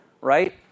right